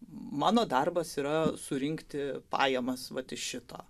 mano darbas yra surinkti pajamas vat iš šito